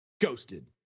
ghosted